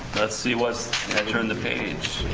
let's see what's that turn the page